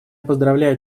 поздравляю